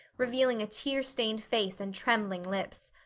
revealing a tear-stained face and trembling lips.